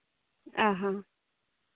ᱚ ᱦᱚᱸ